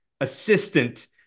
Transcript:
assistant